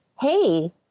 hey